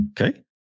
Okay